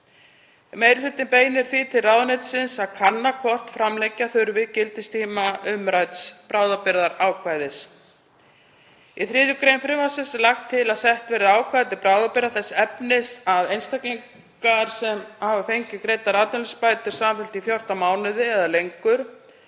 Meiri hlutinn beinir því til ráðuneytisins að kanna hvort framlengja þurfi gildistíma umrædds bráðabirgðaákvæðis. Í 3. gr. frumvarpsins er lagt til að sett verði ákvæði til bráðabirgða þess efnis að einstaklingar sem hafi fengið greiddar atvinnuleysisbætur samfellt í 14 mánuði eða lengur